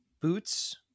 boots